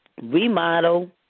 remodel